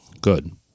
Good